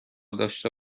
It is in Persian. داشته